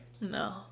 No